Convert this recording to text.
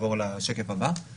בשקף הבא אנחנו